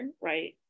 right